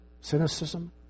cynicism